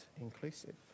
inclusive